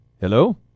Hello